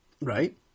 Right